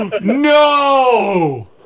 No